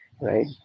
right